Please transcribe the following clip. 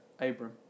Abram